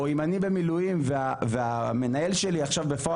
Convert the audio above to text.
או אם אני במילואים והמנהל שלי עכשיו בפועל